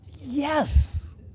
Yes